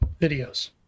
videos